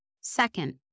Second